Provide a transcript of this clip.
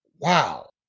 wow